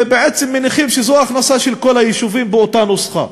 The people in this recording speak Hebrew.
ובעצם מניחים שזו ההכנסה של כל היישובים באותה נוסחה,